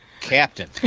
Captain